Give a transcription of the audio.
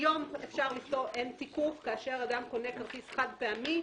היום אין תיקוף כאשר אדם קונה כרטיס חד פעמי.